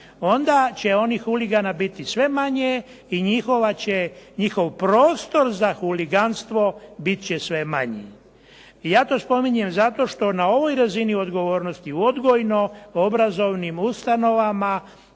onda će onih huligana biti sve manje i njihov prostor za huliganstvo biti će sve manji. I ja to spominjem zato što na ovoj razini odgovornosti u odgojno obrazovnim ustanovama